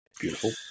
Beautiful